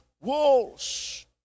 walls